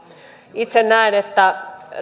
itse näen että